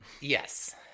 yes